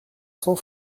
cents